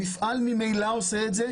המפעל ממילא עושה את זה.